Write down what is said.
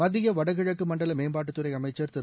மத்திய வடகிழக்கு மண்டல மேம்பாட்டுத் துறை அமைச்சர் திரு